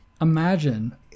Imagine